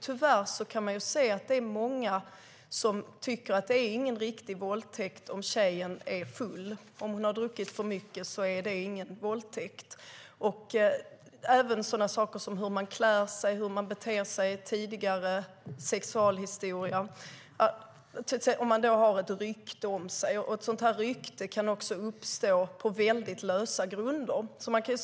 Tyvärr kan man se att många tycker att det inte är någon riktig våldtäkt om tjejen är full - om hon har druckit för mycket är det ingen riktig våldtäkt. Det kommer in även sådant som hur man klär sig, hur man beter sig och tidigare sexualhistorier, om man har ett rykte om sig. Ett sådant rykte kan uppstå på väldigt lösa grunder.